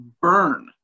burn